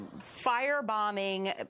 firebombing